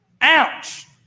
Ouch